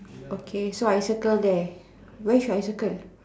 okay so I circle there where should I circle